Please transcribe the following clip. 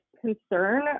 concern